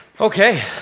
Okay